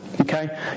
okay